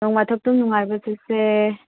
ꯅꯣꯡꯐꯥꯗꯣꯛꯁꯨ ꯅꯨꯡꯉꯥꯏꯕ ꯆꯠꯁꯦ